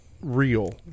real